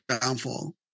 downfall